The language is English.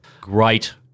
great